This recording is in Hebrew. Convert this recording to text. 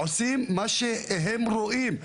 עושים מה שהם רואים.